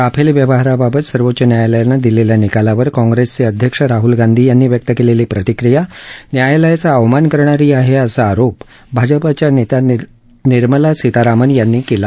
Rafale व्यवहाराबाबत सर्वोच्च न्यायालयानं दिलेल्या निकालावर काँग्रेसचे अध्यक्ष राहूल गांधी यांनी व्यक्त केलेली प्रतिक्रिया न्यायालयाचा अवमान करणारी आहे असा आरोप भाजपाच्या नेत्या निर्मला सीतारामन यांनी केला